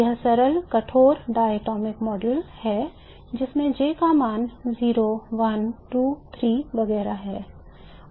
यह सरल कठोर diatomic model है जिसमें J का मान 0 1 2 3 वगैरह है